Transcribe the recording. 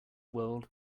world